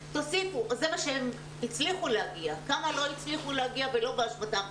זה מה שהם הצליחו להגיע ולכמה מהם הם לא הצליחו להגיע שלא באשמתם?